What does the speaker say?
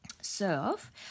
serve